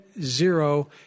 zero